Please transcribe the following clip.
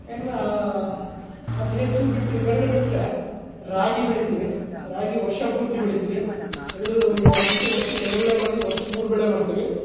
ಇನ್ನು ಅತಿ ಹೆಚ್ಚು ಬಿಟ್ಟು ಇವೆರಡು ಬಿಟ್ಟರೆ ರಾಗಿ ಬೆಳಿತೀವಿ ರಾಗಿ ವರ್ಷ ಪೂರ್ತಿ ಬೆಳಿತೀವಿ ಎರಡು ಈಗ ಮುಂಚೆ ವರ್ಷಕ್ಕೆ ಎರಡು ಬೆಳೆ ಮಾಡಿದರೆ ಈಗ ವರ್ಷಕ್ಕೆ ಮೂರು ಬೆಳೆ ಮಾಡ್ತೀವಿ